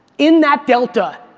in that delta,